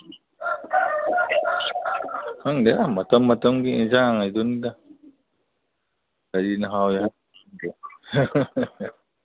ꯈꯪꯗꯦꯗ ꯃꯇꯝ ꯃꯇꯝꯒꯤ ꯑꯦꯟꯁꯥꯡ ꯍꯥꯏꯗꯨꯅꯤꯗ ꯀꯔꯤꯅ ꯍꯥꯎꯋꯤ